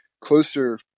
closer